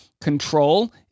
control